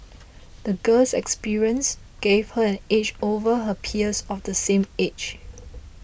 the girl's experience gave her an edge over her peers of the same age